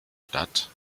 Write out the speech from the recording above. statt